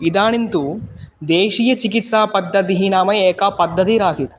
इदानीं तु देशीयचिकित्सापद्धतिः नाम एका पद्धतिरासीत्